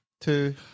two